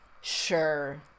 Sure